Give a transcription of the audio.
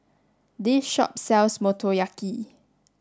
this shop sells Motoyaki